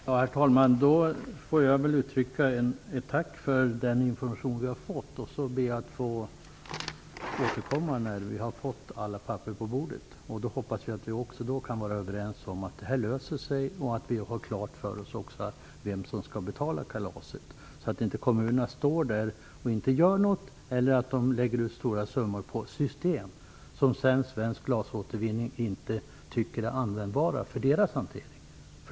Herr talman! Då får jag väl uttrycka ett tack för den information som vi har fått. Jag ber att få återkomma när vi har fått alla papper på bordet. Jag hoppas att vi också då kan vara överens om att detta löser sig och om vem som skall betala kalaset, så att inte kommunerna står där och inte gör något eller att de lägger ner stora summor på system som Svensk glasåtervinning sedan inte anser användbara för sin hantering.